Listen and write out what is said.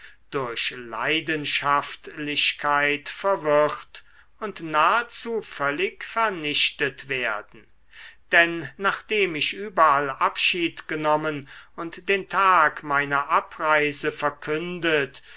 durch leidenschaftlichkeit verwirrt und nahezu völlig vernichtet werden denn nachdem ich überall abschied genommen und den tag meiner abreise verkündet